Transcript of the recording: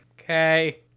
Okay